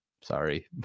sorry